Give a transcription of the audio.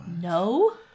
no